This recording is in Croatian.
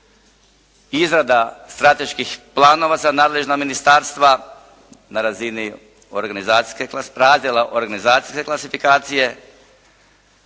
izrada strateških planova za nadležna ministarstva na razini razdjela organizacijske klasifikacije.